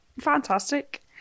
Fantastic